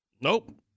Nope